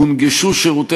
כוללים כוחות סיור,